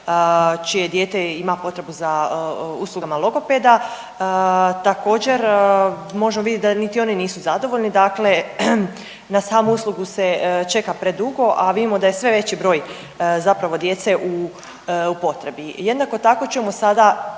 čije dijete ima potrebu za uslugama logopeda, također možemo vidjeti da niti oni nisu zadovoljni, dakle na samu uslugu se čeka predugo, a vidimo da je sve veći broj zapravo djece u potrebi. Jednako tako čujemo sada